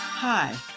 Hi